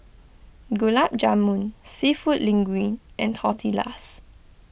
Gulab Jamun Seafood Linguine and Tortillas